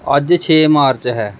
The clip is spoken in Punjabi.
ਅੱਜ ਛੇ ਮਾਰਚ ਹੈ